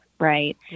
Right